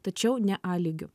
tačiau ne a lygiu